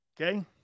Okay